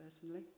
personally